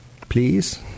Please